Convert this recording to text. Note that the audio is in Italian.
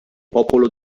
popolo